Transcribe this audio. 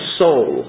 soul